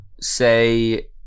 say